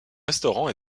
restaurant